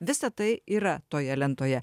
visa tai yra toje lentoje